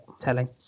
telling